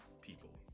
people